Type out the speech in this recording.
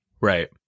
Right